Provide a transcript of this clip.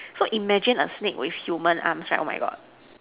so imagine a snake with human arms right oh my God